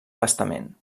bastament